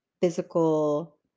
physical